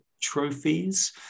trophies